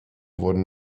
wurden